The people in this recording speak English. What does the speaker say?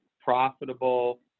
profitable